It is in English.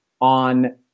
on